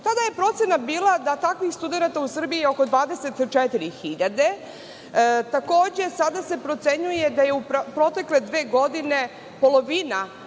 Tada je procena bila da je takvih studenata u Srbiji oko 24.000.Takođe, sada se procenjuje da je u protekle dve godine polovina